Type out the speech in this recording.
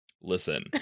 Listen